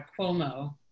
Cuomo